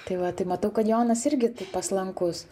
tai va tai matau kad jonas irgi taip paslankus